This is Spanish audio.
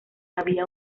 había